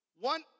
One